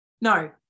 no